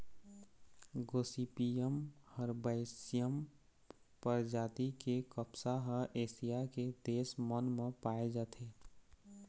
Gossypium herbaceum परजाति के कपसा ह एशिया के देश मन म पाए जाथे